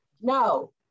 No